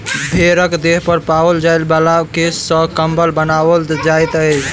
भेंड़क देह पर पाओल जाय बला केश सॅ कम्बल बनाओल जाइत छै